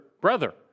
brother